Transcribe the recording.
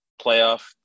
playoff